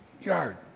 yard